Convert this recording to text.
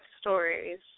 stories